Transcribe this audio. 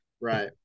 right